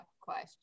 question